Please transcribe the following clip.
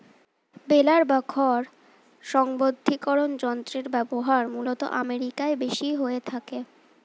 বেলার বা খড় সংঘবদ্ধীকরন যন্ত্রের ব্যবহার মূলতঃ আমেরিকায় বেশি হয়ে থাকে